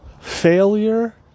Failure